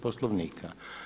Poslovnika.